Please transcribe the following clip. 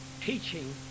teaching